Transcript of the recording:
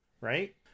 right